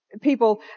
people